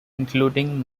including